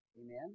Amen